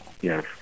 Yes